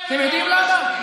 אתם יודעים למה?